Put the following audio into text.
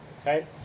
okay